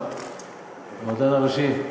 המדען הראשי,